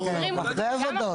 על אחרי העבודות.